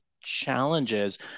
challenges